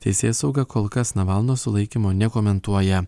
teisėsauga kol kas navalno sulaikymo nekomentuoja